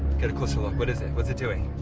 get a closer look. what is it? what's it doing?